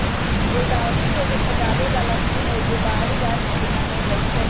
गुलदाऊदी एगो सजाबे बला फूल हई, जे बाहरी राज्य से आनल जाइ छै